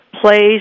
plays